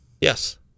Yes